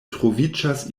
troviĝas